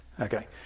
Okay